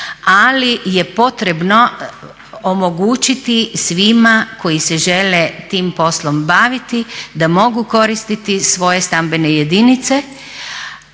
Ali je potrebno omogućiti svima koji se žele tim poslom baviti da mogu koristiti svoje stambene jedinice,